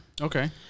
Okay